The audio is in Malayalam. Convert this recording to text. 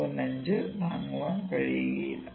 5 താങ്ങാൻ കഴിയില്ല